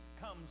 comes